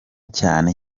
cyane